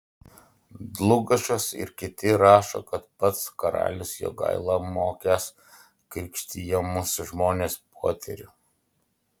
dlugošas ir kiti rašo kad pats karalius jogaila mokęs krikštijamus žmones poterių